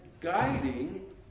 guiding